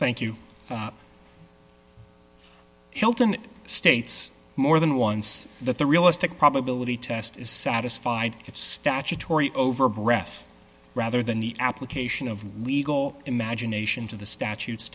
thank you helton states more than once that the realistic probability test is satisfied if statutory over breath rather than the application of legal imagination to the statutes